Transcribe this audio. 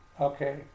Okay